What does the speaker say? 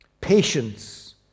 patience